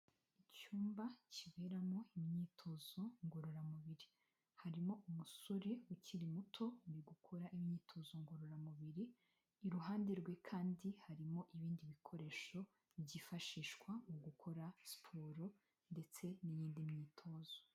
Icyumba kiberamo imyitozo ngororamubiri, harimo umusore ukiri muto uri gukora imyitozo ngororamubiri. Iruhande rwe kandi harimo ibindi bikoresho byifashishwa mu gukora siporo ndetse n'yinindi myitozo.